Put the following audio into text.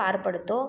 पार पडतो